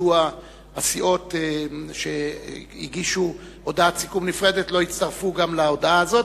מדוע הסיעות שהגישו הודעת סיכום נפרדת לא הצטרפו גם להודעה הזו,